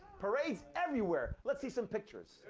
parades everywhere. let's see some pictures.